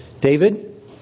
David